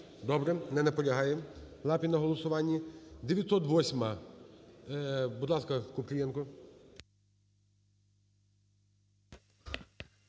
Добре, не наполягає Лапін на голосуванні. 908-а. Будь ласка, Купрієнко.